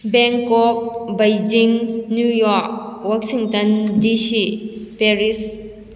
Bangkok Beijing New York Washington DC Paris